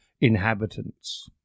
inhabitants